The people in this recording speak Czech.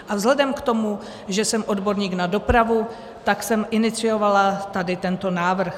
A vzhledem k tomu, že jsem odborník na dopravu, tak jsem iniciovala tady tento návrh.